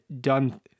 done